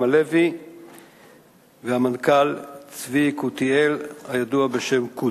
הלוי והמנכ"ל צבי יקותיאל הידוע בשם קותי,